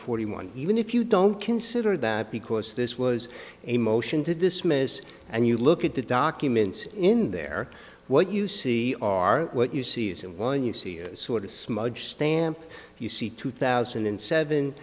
forty one even if you don't consider that because this was a motion to dismiss and you look at the documents in there what you see are what you see is one you see a sort of smudge stamp you see two thousand and seven